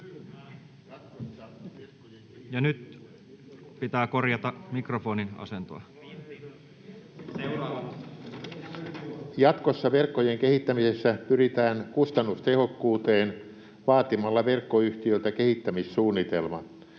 Kyllä! — Puhujan mikrofoni sulkeutuu] Jatkossa verkkojen kehittämisessä pyritään kustannustehokkuuteen vaatimalla verkkoyhtiöiltä kehittämissuunnitelma.